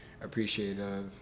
appreciative